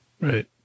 Right